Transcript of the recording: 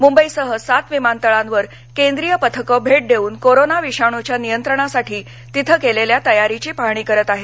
मुंबईसह सात विमानतळांवर केंद्रीय पथकं भेट देऊन कोरोना विषाणूच्या नियंत्रणासाठी तिथं केलेल्या तयारीची पाहणी करत आहेत